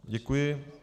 Děkuji.